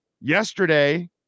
Yesterday